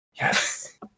Yes